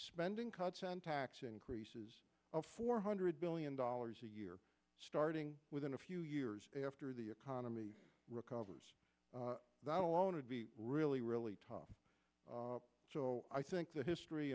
spending cuts and tax increases of four hundred billion dollars a year starting within a few years after the economy recovers that alone would be really really tough so i think that history